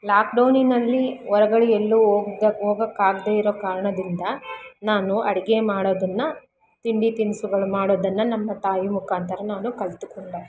ಲಾಕ್ಡೌನಿನಲ್ಲಿ ಹೊರಗಡೆ ಎಲ್ಲೂ ಹೋಗ್ದಕ್ ಹೋಗಾಕ್ ಆಗದೆ ಇರೋ ಕಾರಣದಿಂದ ನಾನು ಅಡುಗೆ ಮಾಡೋದನ್ನು ತಿಂಡಿ ತಿನಿಸುಗಳು ಮಾಡೋದನ್ನು ನಮ್ಮ ತಾಯಿ ಮುಖಾಂತರ ನಾನು ಕಲಿತುಕೊಂಡೆ